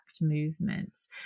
movements